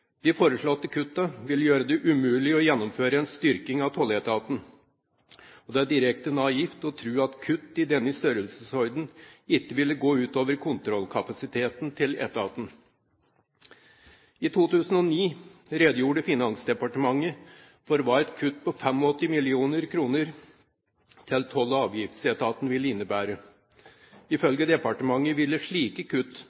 De foreslåtte kuttene vil gjøre det umulig å gjennomføre en styrking av tolletaten. Det er direkte naivt å tro at kutt i denne størrelsesorden ikke vil gå ut over kontrollkapasiteten til etaten. I 2009 redegjorde Finansdepartementet for hva et kutt på 85 mill. kr til Toll- og avgiftsetaten ville innebære. Ifølge departementet ville slike kutt